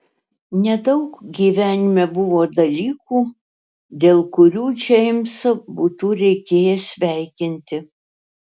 nedaug gyvenime buvo dalykų dėl kurių džeimsą būtų reikėję sveikinti